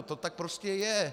To tak prostě je!